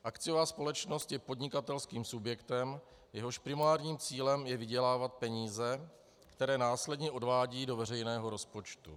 Akciová společnost je podnikatelským subjektem, jehož primárním cílem je vydělávat peníze, které následně odvádí do veřejného rozpočtu.